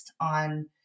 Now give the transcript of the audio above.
on